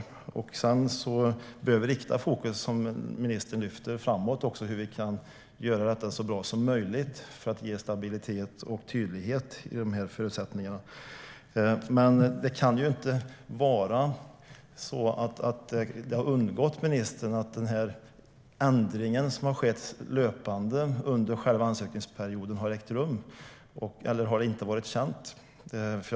Som ministern säger måste vi rikta fokus framåt på hur vi kan göra detta så bra som möjligt för att ge stabilitet och tydlighet i förutsättningarna. Men det kan inte vara så att de löpande ändringarna under ansökningsperioden inte har varit kända av ministern.